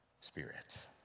Spirit